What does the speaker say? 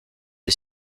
est